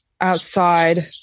outside